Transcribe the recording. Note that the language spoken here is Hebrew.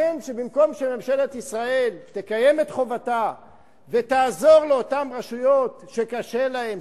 במקום שממשלת ישראל תקיים את חובתה ותעזור לאותן רשויות שקשה להן,